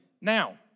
now